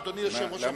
אדוני יושב-ראש הוועדה.